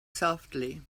softly